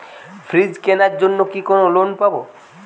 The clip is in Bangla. ফ্রিজ কেনার জন্য কি লোন পাব?